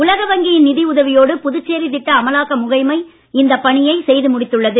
உலக வங்கியின் நிதி உதவியோடு புதுச்சேரி திட்ட அமலாக்க முகமை இந்த பணியை மேற்கொண்டிருந்தது